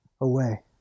away